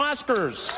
Oscars